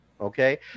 Okay